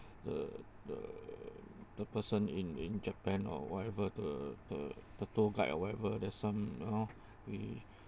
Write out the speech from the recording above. the the the person in in japan or whatever the the the tour guide or whatever there's some you know we